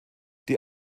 die